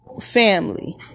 family